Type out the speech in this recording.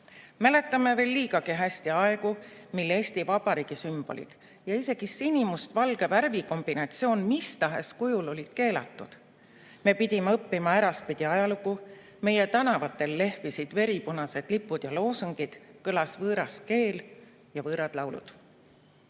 Mäletame veel liigagi hästi aegu, mil Eesti Vabariigi sümbolid ja isegi sinimustvalge värvikombinatsioon mis tahes kujul olid keelatud. Me pidime õppima äraspidi ajalugu, meie tänavatel lehvisid veripunased lipud ja loosungid, kõlasid võõras keel ja võõrad laulud.